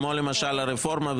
כמו הרפורמה,